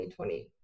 2020